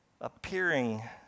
appearing